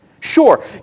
Sure